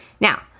Now